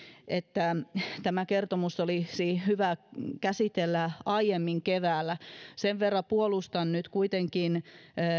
että tämä kertomus olisi hyvä käsitellä aiemmin keväällä sen verran puolustan nyt kuitenkin